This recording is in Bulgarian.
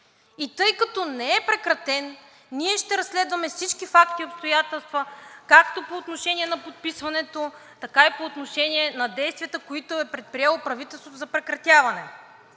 Тъй като не е прекратен, ние ще разследваме всички факти и обстоятелства както по отношение на подписването, така и по отношение на действията, които е предприело правителството за прекратяване.